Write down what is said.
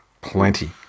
Plenty